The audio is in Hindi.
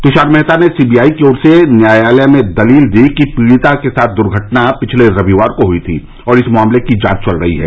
तुषार मेहता ने सीबीआई की ओर से न्यायालय में दलील दी कि पीड़िता के साथ दुर्घटना पिछले रविवार को हुई थी और इस मामले की जांच चल रही है